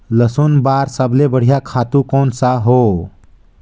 लसुन बार सबले बढ़िया खातु कोन सा हो?